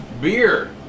Beer